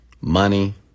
Money